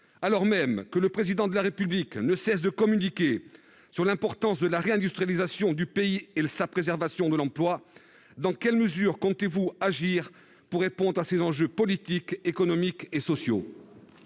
alors même que le président de la République ne cesse de communiquer sur l'importance de la réindustrialisation du pays et l'sa préservation de l'emploi dans quelles mesures comptez-vous agir pour répondre à ces enjeux politiques, économiques et sociaux.